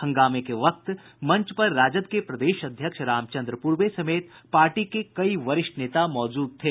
हंगामे के वक्त मंच पर राजद के प्रदेश अध्यक्ष रामचंद्र पूर्वे समेत पार्टी के कई वरिष्ठ नेता मौजूद थे